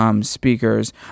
speakers